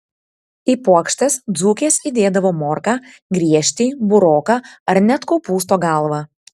į puokštes dzūkės įdėdavo morką griežtį buroką ar net kopūsto galvą